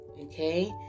okay